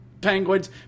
Penguins